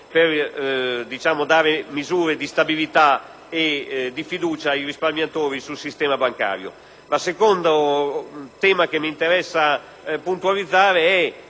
per offrire misure di stabilità e fiducia ai risparmiatori sul sistema bancario.